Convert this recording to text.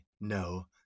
no